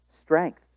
strength